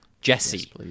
Jesse